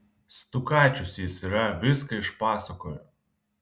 stukačius jis yra viską išpasakojo